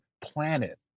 planet